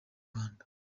rwanda